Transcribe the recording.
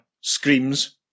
screams